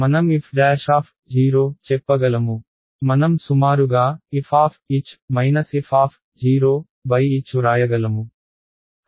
మనం f' చెప్పగలము మనం సుమారుగా f fh వ్రాయగలము